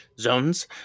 zones